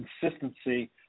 consistency